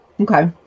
Okay